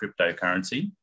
cryptocurrency